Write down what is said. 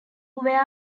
ware